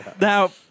Now